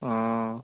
অঁ